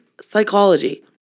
psychology